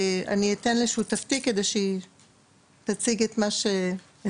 אני אתן לשותפתי כדי שהיא תציג את מה שהכינה.